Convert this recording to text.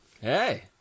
Hey